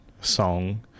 Song